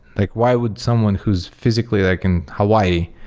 like why would someone who's physically like in hawaii,